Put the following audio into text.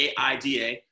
AIDA